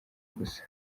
gusa